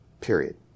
period